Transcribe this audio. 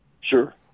sure